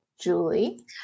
Julie